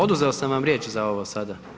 Oduzeo sam vam riječ za ovo sada.